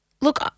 look